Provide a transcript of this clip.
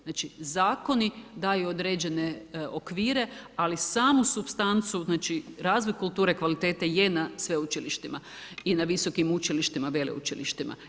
Znači Zakoni daju određene okvire, ali samu supstancu znači razvoj kulture, kvalitete je na sveučilištima i na visokim učilištima, veleučilištima.